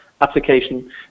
application